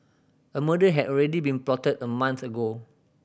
a murder had already been plotted a month ago